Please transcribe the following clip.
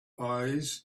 eyes